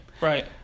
Right